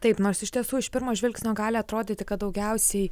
taip nors iš tiesų iš pirmo žvilgsnio gali atrodyti kad daugiausiai